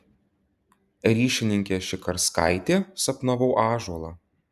ryšininkė šikarskaitė sapnavau ąžuolą